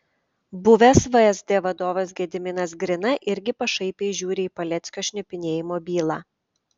buvęs vsd vadovas gediminas grina irgi pašaipiai žiūri į paleckio šnipinėjimo bylą